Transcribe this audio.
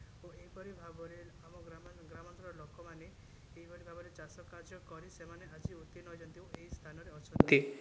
ଓ ଏପରି ଭାବରେ ଆମ ଗ୍ରାମ ଗ୍ରାମାଞ୍ଚଳର ଲୋକମାନେ ଏହିପରି ଭାବରେ ଚାଷ କାର୍ଯ୍ୟ କରି ସେମାନେ ଆଜି ଉତ୍ତୀର୍ଣ୍ଣ ହେଉଛନ୍ତି ଓ ଏହି ସ୍ଥାନରେ ଅଛନ୍ତି